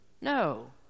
No